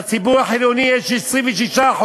בציבור החילוני יש 26%,